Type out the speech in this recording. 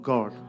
God